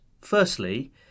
Firstly